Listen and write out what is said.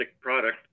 product